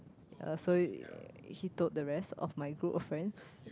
uh so he told the rest of my group of friends